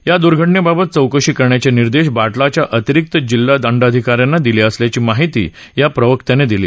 या दुर्घटनेबाबत चौकशी करण्याचे निर्देश बाटलाच्या अतिरिक्त जिल्हा दंडाधिका यांना दिले असल्याची माहिती या प्रवक्त्यानं दिली